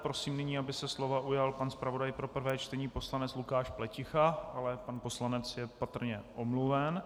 Prosím nyní, aby se slova ujal zpravodaj pro prvé čtení, pan poslanec Lukáš Pleticha ale pan poslanec je patrně omluven.